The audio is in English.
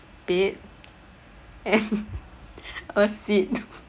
spade and a seed